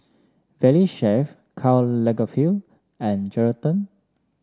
Valley Chef Karl Lagerfeld and Geraldton